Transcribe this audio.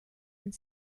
and